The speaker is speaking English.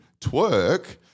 Twerk